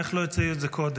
איך לא הציעו את זה קודם?